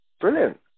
Brilliant